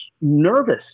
nervous